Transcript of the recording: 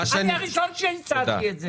אני הראשון שהצעתי את זה.